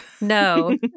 No